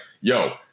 yo